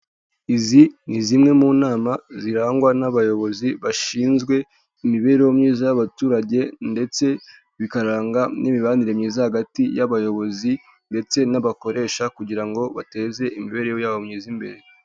Izi ni zimwe mu nama zirangwa n'abayobozi bashinzwe imibereho myiza y'abaturage ndetse bikaranga n'imibanire myiza hagati y'abayobozi ndetse n'abakoresha kugira ngo bateze imibereho yabo myiza imbere.